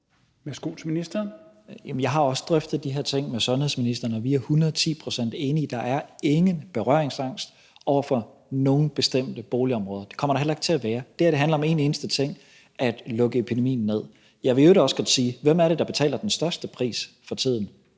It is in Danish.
jeg har også drøftet de her ting med sundhedsministeren, og vi er hundrede og ti procent enige. Der er ingen berøringsangst over for nogen bestemte boligområder. Det kommer der heller ikke til at være. Det her handler om en eneste ting, nemlig at lukke epidemien ned. Jeg vil i øvrigt også godt sige: Hvem er det, der betaler den største pris for tiden,